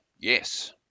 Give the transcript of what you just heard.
yes